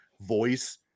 voice